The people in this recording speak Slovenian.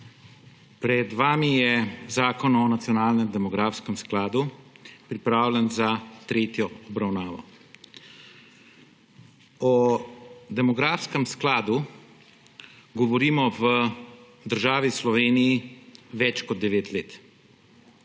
Pred vami je Zakon o nacionalnem demografskem skladu, pripravljen za tretjo obravnavo. O demografskem skladu govorimo v državi Sloveniji več kot 9 let